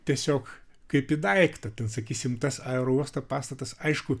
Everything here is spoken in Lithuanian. tiesiog kaip į daiktą ten sakysim tas aerouosto pastatas aišku